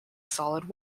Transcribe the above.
solid